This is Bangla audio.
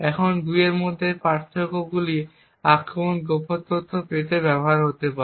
এখন এই 2 এর মধ্যে পার্থক্যগুলি আক্রমণকারী গোপন তথ্য পেতে ব্যবহার করে